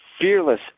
fearless